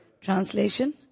Translation